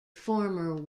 former